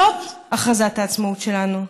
זאת הכרזת העצמאות שלנו.